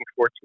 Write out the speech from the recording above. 2014